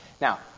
Now